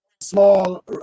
small